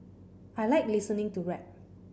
I like listening to rap